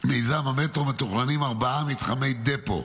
מיזם המטרו מתוכננים ארבעה מתחמי דפו,